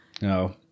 No